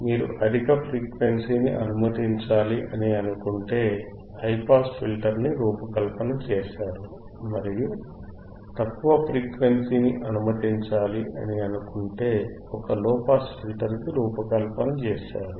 మీరు అధిక ఫ్రీక్వెన్సీని అనిమతించాలి అని అనుకుంటే హైపాస్ ఫిల్టర్ ని రూపకల్పన చేశారు మరియు తక్కువ ఫ్రీక్వెన్సీని అనిమతించాలి అని అనుకుంటే ఒక లోపాస్ ఫిల్టర్ కి రూపకల్పన చేశారు